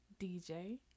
DJ